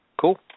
Cool